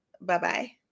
Bye-bye